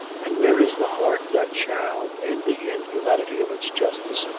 and where is the heart that shall, in the inhumanity of its justice,